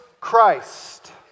Christ